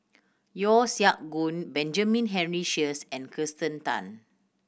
Yeo Siak Goon Benjamin Henry Sheares and Kirsten Tan